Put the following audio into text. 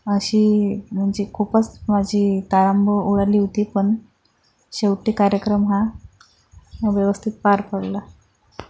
अशी म्हंजे खूपच माझी तारांबळ उडाली होती पण शेवटी कार्यक्रम हा व्यवस्थित पार पडला